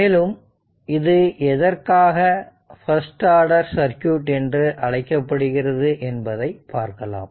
மேலும் இது எதற்காக பர்ஸ்ட் ஆர்டர் சர்க்யூட் என்று அழைக்கப்படுகிறது என்பதை பார்க்கலாம்